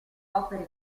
opere